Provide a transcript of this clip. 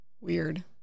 Weird